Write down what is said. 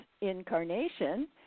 incarnation